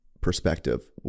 perspective